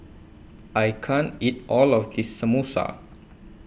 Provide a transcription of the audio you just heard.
I can't eat All of This Samosa